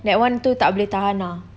that [one] itu tak boleh tahan ah